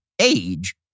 age